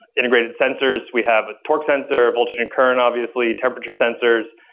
integrated sensors. we have a torque sensor, voltage and current obviously, temperature sensors,